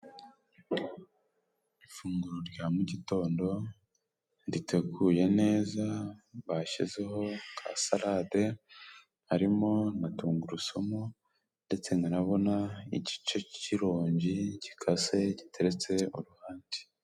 Ifunguro rya mu gitondo riteguye neza bashyizeho ka salade harimo na tungurusumu, ndetse murabona igice cy'ironji gikase giteretse uruhande.